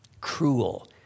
cruel